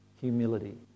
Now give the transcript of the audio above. humility